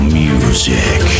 music